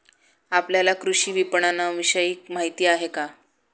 आपल्याला कृषी विपणनविषयी माहिती आहे का?